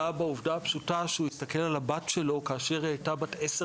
בעובדה הפשוטה שהוא הסתכל על הבת שלו כאשר היא הייתה בת עשר